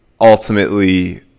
ultimately